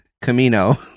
Camino